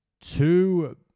two